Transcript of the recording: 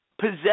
...possess